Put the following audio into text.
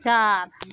चारि